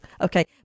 okay